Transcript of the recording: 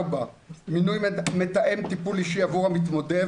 4. מינוי מתאם טיפול אישי עבור המתמודד